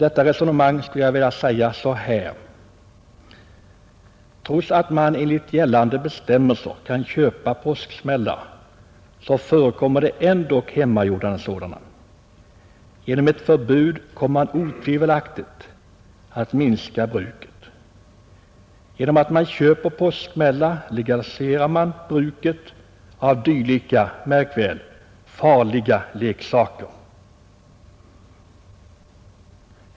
Detta resonemang skulle jag vilja bemöta så här: Trots att man enligt gällande bestämmelser kan köpa påsksmällar förekommer det ändock hemmagjorda sådana. Genom ett förbud kommer otvivelaktigt bruket att minska, eller rent av upphöra. Genom att påsksmällar får säljas legaliserar vi bruket av dylika, märk väl, farliga leksaker.